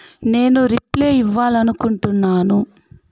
నేను రిప్లై ఇవ్వాలనుకుంటున్నాను